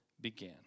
began